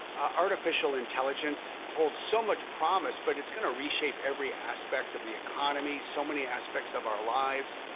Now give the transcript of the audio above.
artificial intelligence holds so much promise, but it's going to reshape every aspect of the economy, so many aspects of our lives.